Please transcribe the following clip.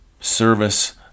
service